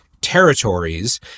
territories